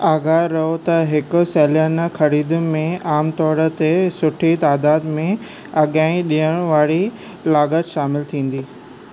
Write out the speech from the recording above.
आगाह रहो त हिकु सालियाना ख़रीद में आमु तौरु ते सुठी तादादु में अॻे ई ॾियणु वारी लाॻति शामिलु थींदी